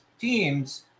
teams